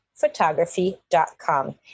photography.com